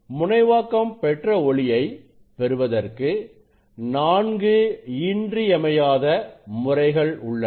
முனைவாக்கம் பெற்ற ஒளியை பெறுவதற்கு 4 இன்றியமையாத முறைகள் உள்ளன